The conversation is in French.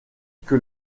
que